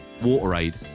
WaterAid